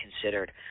considered